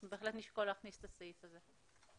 בהחלט נשקול להכניס את הסעיף הזה.